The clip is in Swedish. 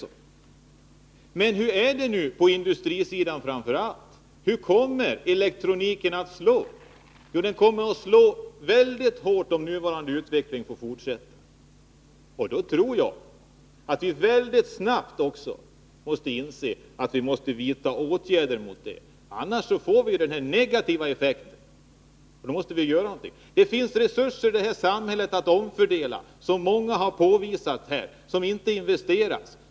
Men hur är det på industrisidan? Hur kommer elektroniken att slå? Jo, den kommer att slå väldigt hårt om den nuvarande utvecklingen får fortsätta. Därför tror jag att vi snabbt kommer att tvingas vidta åtgärder för att undvika den här negativa effekten. Som många har påvisat finns det i samhället resurser för en omfördelning som inte utnyttjas.